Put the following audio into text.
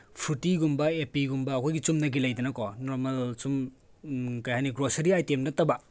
ꯐ꯭ꯔꯨꯇꯤꯒꯨꯝꯕ ꯑꯦꯄꯤꯒꯨꯝꯕ ꯑꯩꯈꯣꯏꯒꯤ ꯆꯨꯝꯅꯒꯤ ꯂꯩꯗꯅꯀꯣ ꯅꯣꯔꯃꯦꯜ ꯁꯨꯝ ꯀꯔꯤ ꯍꯥꯏꯅꯤ ꯒ꯭ꯔꯣꯁꯔꯤ ꯑꯥꯏꯇꯦꯝ ꯅꯠꯇꯕ